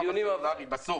בסוף